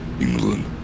England